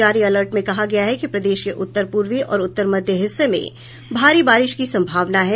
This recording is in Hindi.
जारी अलर्ट में कहा गया है कि प्रदेश के उत्तर पूर्वी और उत्तर मध्य हिस्से में भारी बारिश की संभावना है